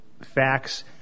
facts